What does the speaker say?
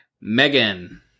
Megan